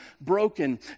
broken